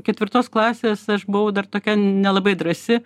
ketvirtos klasės aš buvau dar tokia nelabai drąsi